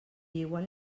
igual